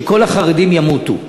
שכל החרדים ימותו.